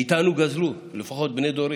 מאיתנו גזלו, לפחות מבני דורי.